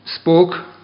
spoke